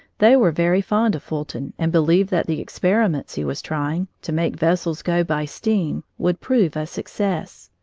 they were very fond of fulton and believed that the experiments he was trying to make vessels go by steam, would prove a success.